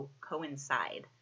coincide